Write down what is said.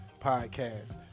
Podcast